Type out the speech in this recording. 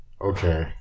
Okay